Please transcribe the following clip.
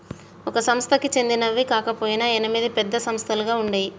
ఒక సంస్థకి చెందినవి కాకపొయినా ఎనిమిది పెద్ద సంస్థలుగా ఉండేయ్యి